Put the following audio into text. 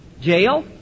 jail